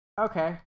Okay